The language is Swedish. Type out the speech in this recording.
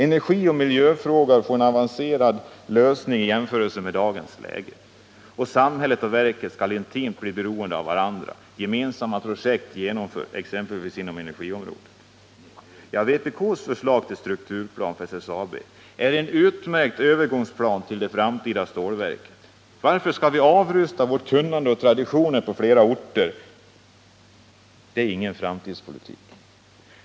Energioch miljöfrågor får avancerade lösningar i jämförelse med dagens läge. Samhället och verket skall intimt bli beroende av varandra. Gemensamma projekt genomförs, exempelvis inom energiområdet. Vpk:s förslag till strukturplan för SSAB är en utmärkt övergångsplan till det framtida stålverket. Varför skall vi nu avrusta vårt kunnande och våra traditioner på flera orter? Det är ingen framtidspolitik.